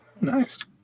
Nice